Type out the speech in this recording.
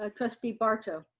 ah trustee barto.